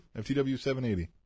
FTW780